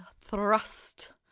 thrust